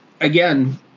Again